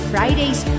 Fridays